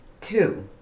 Two